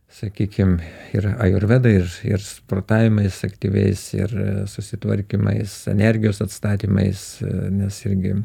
sakykim ir ajurveda ir ir sprotavimais aktyviais ir susitvarkymais energijos atstatymais nes irgi